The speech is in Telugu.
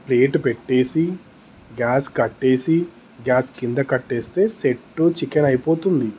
ప్లేట్ పెట్టేసి గ్యాస్ కట్టేసి గ్యాస్ క్రింద కట్టేస్తే సెట్టూ చికెన్ అయిపోతుంది